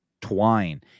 twine